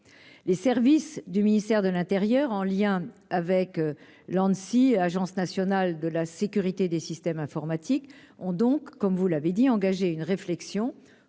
les services du ministère de l'intérieur en lien avec l'Anssi Agence nationale de la sécurité des systèmes informatiques ont donc, comme vous l'avez dit engagé une réflexion